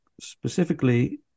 specifically